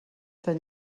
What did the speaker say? tan